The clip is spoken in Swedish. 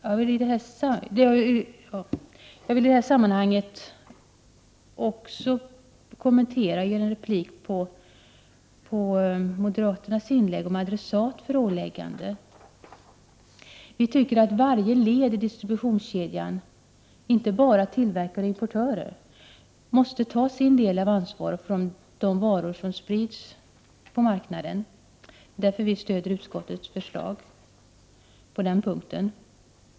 Jag vill i det här sammanhanget också kommentera moderaternas inlägg om adressat för åläggande. Vi tycker att varje led i distributionskedjan, inte bara tillverkare och importörer, måste ta sin del av ansvaret för de varor som sprids på marknaden. Därför stöder vi utskottets förslag på den punkten.